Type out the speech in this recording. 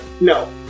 No